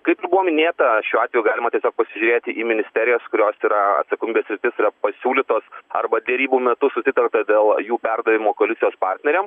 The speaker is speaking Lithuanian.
kaip buvo minėta šiuo atveju galima tiesiog pasižiūrėti į ministerijas kurios yra atsakomybės sritis yra pasiūlytos arba derybų metu susitarta dėl jų perdavimo koalicijos partneriam